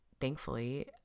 thankfully